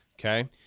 Okay